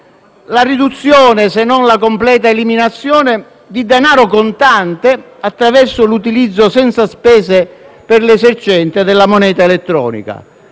la riduzione, se non la completa eliminazione, di danaro contante, attraverso l'utilizzo senza spese per l'esercente della moneta elettronica.